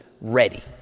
ready